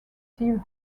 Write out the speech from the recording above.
steve